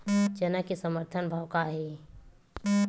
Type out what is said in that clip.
चना के समर्थन भाव का हे?